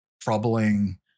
troubling